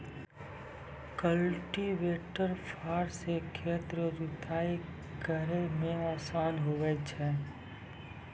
cultivator फार से खेत रो जुताइ करै मे आसान हुवै छै